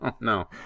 no